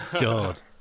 God